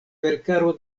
verkaro